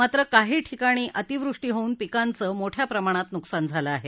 मात्र काही ठिकाणी अतीवृष्टी होऊन पिकांचे मोठ्या प्रमाणात नुकसान झालं आहे